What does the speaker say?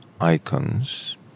icons